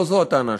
לא זו הטענה שלי.